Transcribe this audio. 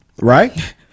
Right